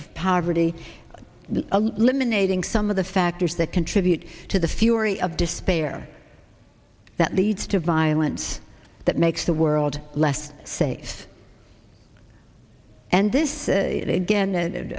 of poverty limon aiding some of the factors that contribute to the fury of despair that leads to violence that makes the world less safe and this again